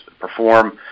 perform